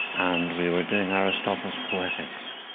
and we were doing aristotle's poetics,